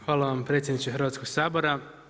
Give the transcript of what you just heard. Hvala vam predsjedniče Hrvatskog sabora.